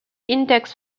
index